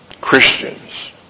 Christians